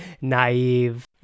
naive